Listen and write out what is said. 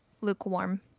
Lukewarm